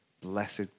blessed